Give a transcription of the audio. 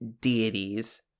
deities